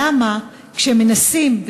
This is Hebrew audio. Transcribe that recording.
למה כשמנסים,